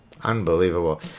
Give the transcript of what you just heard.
unbelievable